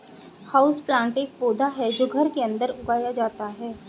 houseplant एक पौधा है जो घर के अंदर उगाया जाता है